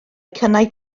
cynnau